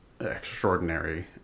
extraordinary